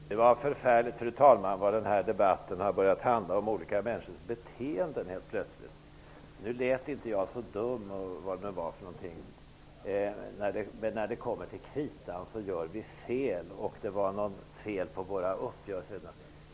Fru talman! Det var förfärligt vad debatten helt plötsligt har börjat handla om olika människors beteende. Nu lät inte jag så dum eller vad det nu var hon sade. Men när det kommer till kritan så gör vi fel, och det var något fel på våra uppgörelser.